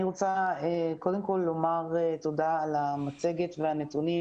אני רוצה קודם כל לומר תודה על המצגת והנתונים